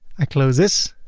i close this.